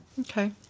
Okay